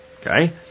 Okay